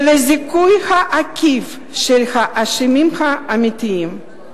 ולזיכוי העקיף של האשמים האמיתיים.